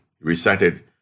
recited